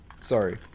Sorry